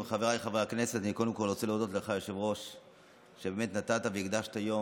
חברי הכנסת, אנו עוברים לנושא הבא על סדר-היום: